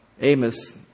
Amos